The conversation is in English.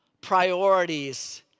priorities